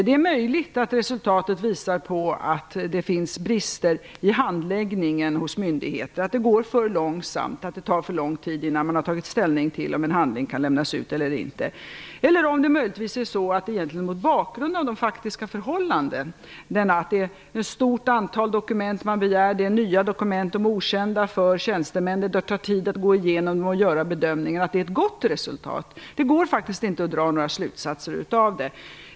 Det är möjligt att resultatet visar på att det finns brister i handläggningen hos myndigheter, att det går för långsamt, att det tar för lång tid innan man har tagit ställning till om en handling kan lämnas ut eller inte. Eller är det möjligtvis, mot bakgrund av de faktiska förhållandena, att det är ett stort antal dokument man begär, att det är nya dokument, att de är okända för tjänstemännen, att det tar tid att gå igenom dem och göra bedömningen, ett gott resultat? Det går faktiskt inte att dra några slutsatser.